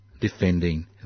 defending